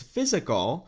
Physical